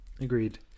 Agreed